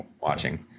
watching